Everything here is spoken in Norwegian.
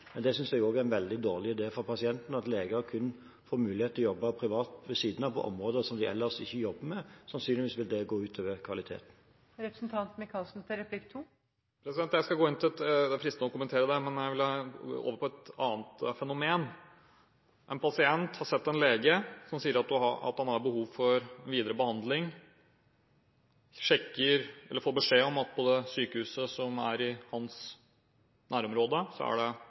det synes jeg også er en veldig dårlig idé for pasientens del – at leger kun får mulighet til å jobbe privat ved siden av på områder de ellers ikke jobber med, vil sannsynligvis gå ut over kvaliteten. Det er fristende å kommentere det, men jeg vil over til et annet fenomen. En pasient har sett en lege som sier at pasienten har behov for videre behandling. Pasienten får beskjed om at det på sykehuset som er i hans nærområde, er – la oss si – åtte ukers ventetid. Pasienten synes at det